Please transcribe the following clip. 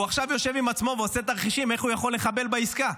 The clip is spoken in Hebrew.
והוא עכשיו יושב עם עצמו ועושה תרחישים איך הוא יכול לחבל בעסקה.